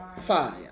fire